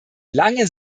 lange